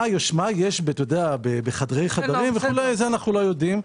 מה יש בחדרי חדרים אנחנו לא יודעים,